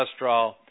cholesterol